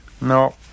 No